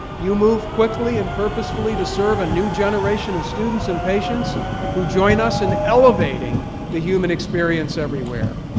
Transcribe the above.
you move quickly and purposefully to serve a new generation of students and patients who join us in elevating the human experience everywhere.